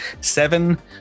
seven